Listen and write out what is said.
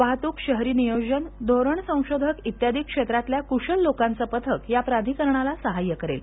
वाहतुक शहरी नियोजन धोरण संशोधक इत्यादी क्षेत्रातल्या कुशल लोकांच पथक या प्राधिकरणाला सहाय्य करेल